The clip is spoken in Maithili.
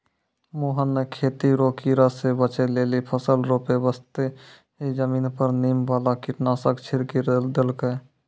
मोहन नॅ खेती रो कीड़ा स बचै लेली फसल रोपै बक्ती हीं जमीन पर नीम वाला कीटनाशक छिड़की देलकै